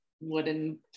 wooden